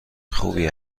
خوبی